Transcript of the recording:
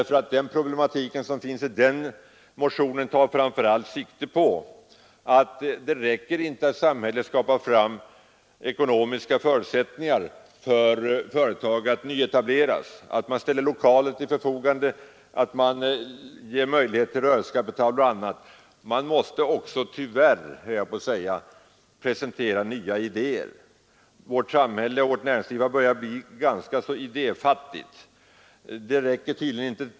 Resonemanget i den motionen tar framför allt sikte på att det inte räcker med att samhället skapar fram ekonomiska förutsättningar för företag att nyetableras, att man ställer lokaler till förfogande, att man ger möjlighet till rörelsekapital osv. Man måste också, tyvärr höll jag på att säga, presentera nya idéer. Vårt näringsliv har börjat bli ganska idéfattigt.